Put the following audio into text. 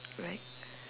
like